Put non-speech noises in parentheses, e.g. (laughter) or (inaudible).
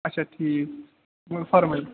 آچھا ٹھیٖک (unintelligible) فرمٲیُو